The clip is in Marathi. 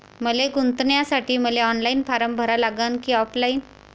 पैसे गुंतन्यासाठी मले ऑनलाईन फारम भरा लागन की ऑफलाईन?